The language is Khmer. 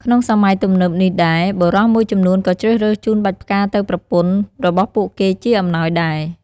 ក្នុងសម័យទំនើបនេះដែរ បុរសមួយចំនួនក៏ជ្រើសរើសជូនបាច់ផ្កាទៅប្រពន្ធរបស់ពួកគេជាអំណោយដែរ។